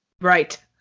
Right